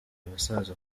abasaza